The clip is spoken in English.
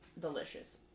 delicious